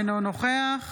אינו נוכח